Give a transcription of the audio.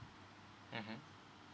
mmhmm